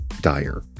dire